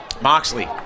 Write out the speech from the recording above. Moxley